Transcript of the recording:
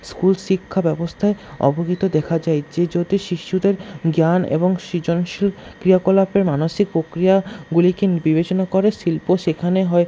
school শিক্ষা ব্যবস্থায় অবহিত দেখা যায় যে শিশুদের জ্ঞান এবং সৃজনশীল ক্রিয়াকলাপে মানসিক প্রক্রিয়াগুলিকে বিবেচনা করে শিল্প সেখানে হয়